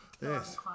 yes